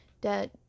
that-